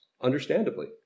understandably